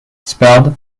spelled